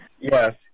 yes